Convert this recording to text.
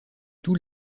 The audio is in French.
tous